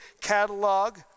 catalog